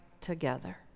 together